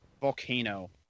volcano